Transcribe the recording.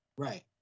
Right